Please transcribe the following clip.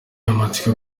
amatsiko